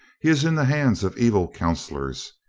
he is in the hands of evil counselors.